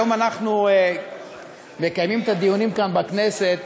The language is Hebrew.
היום אנחנו מקיימים את הדיונים כאן בכנסת